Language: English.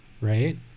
right